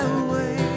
away